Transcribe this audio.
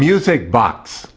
music box